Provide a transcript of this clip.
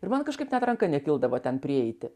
ir man kažkaip net ranka nekildavo ten prieiti